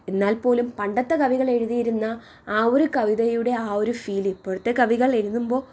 എന്നാൽ പോലും പണ്ടത്തെ കവികൾ എഴുതിയിരുന്ന ആ ഒരു കവിതയുടെ ആ ഒരു ഫീലിംഗ് ഇപ്പോഴത്തെ കവികൾ എഴുതുമ്പോൾ